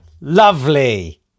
lovely